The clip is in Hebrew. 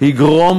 יגרום